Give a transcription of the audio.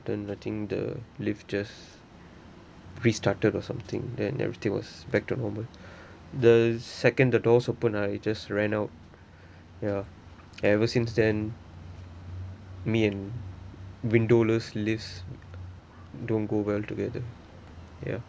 then I think the lift just restarted or something then everything was back to normal the second the doors open ah I just ran out ya ever since then me and windowless lifts don't go well together ya